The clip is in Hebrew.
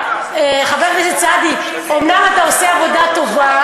חבר הכנסת סעדי, אומנם אתה עושה עבודה טובה